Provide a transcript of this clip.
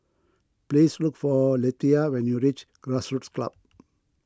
please look for Lethia when you reach Grassroots Club